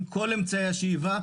עם כל אמצעי השאיבה,